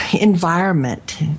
environment